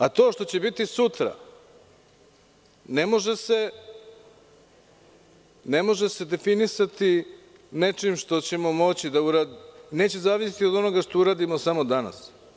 A to što će biti sutra ne može se definisati nečim što, neće zavisiti od onoga što uradimo samo danas.